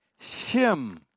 shim